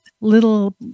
little